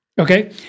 Okay